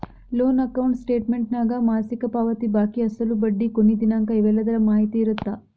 loan account ಸ್ಟೇಟಮೆಂಟ್ನ್ಯಾಗ ಮಾಸಿಕ ಪಾವತಿ ಬಾಕಿ ಅಸಲು ಬಡ್ಡಿ ಕೊನಿ ದಿನಾಂಕ ಇವೆಲ್ಲದರ ಮಾಹಿತಿ ಇರತ್ತ